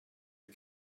you